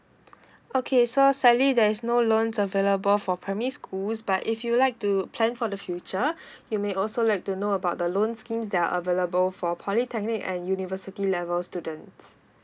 okay so sadly there is no loans available for primary schools but if you like to plan for the future you may also like to know about the loan scheme that are available for polytechnic and university level students